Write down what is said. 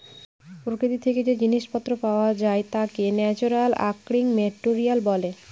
প্রকৃতি থেকে যে জিনিস পত্র পাওয়া যায় তাকে ন্যাচারালি অকারিং মেটেরিয়াল বলে